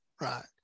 right